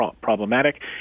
problematic